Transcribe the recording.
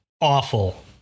awful